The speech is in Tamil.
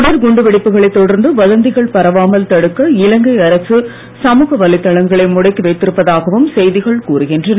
தொடர் குண்டுவெடிப்புகளைத் தொடர்ந்து வதந்திகள் பரவாமல் தடுக்க இலங்கை அரசு சமூக வலைதளங்களை முடக்கி வைத்திருப்பதாகவும் செய்திகள் கூறுகின்றன